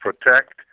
protect